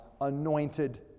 anointed